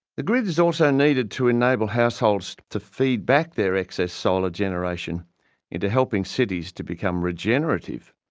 the grid is also needed to enable households to feed back their excess solar generation into helping cities to become regenerative.